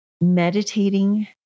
meditating